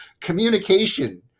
Communication